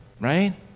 right